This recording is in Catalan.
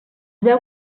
veu